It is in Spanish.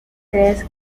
crees